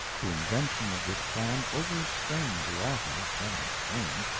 the invention of this plan overstrained the author that is plain,